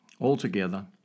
Altogether